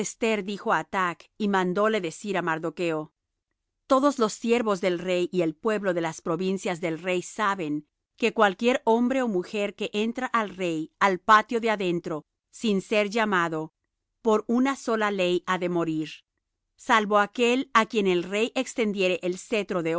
dijo á atach y mandóle decir á mardocho todos los siervos del rey y el pueblo de las provincias del rey saben que cualquier hombre ó mujer que entra al rey al patio de adentro sin ser llamado por una sola ley ha de morir salvo aquel á quien el rey extendiere el cetro de